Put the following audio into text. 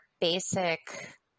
basic